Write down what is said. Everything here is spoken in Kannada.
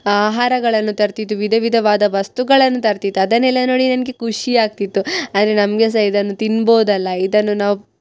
ಆಹಾರಗಳನ್ನು ತರ್ತಿತ್ತು ವಿಧ ವಿಧವಾದ ವಸ್ತುಗಳನ್ನು ತರ್ತಿತ್ತು ಅದನ್ನೆಲ್ಲ ನೋಡಿ ನನಗೆ ಖುಷಿ ಆಗ್ತಿತ್ತು ಆದರೆ ನಮಗೆ ಸಹ ಇದನ್ನು ತಿನ್ಬೋದಲ್ಲ ಇದನ್ನು ನಾವು